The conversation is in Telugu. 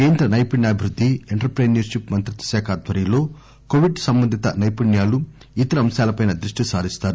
కేంద్ర నైపుణ్యాభివృద్ది ఎంటర్ ప్రిన్యూర్ షిప్ మంత్రిత్వశాఖ ఆధ్వర్నంలో కోవిడ్ సంబంధిత నైపుణ్యాలు ఇతర అంశాలపై దృష్టి సారిస్తారు